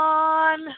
on